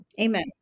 Amen